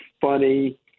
funny